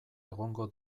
egongo